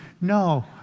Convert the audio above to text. no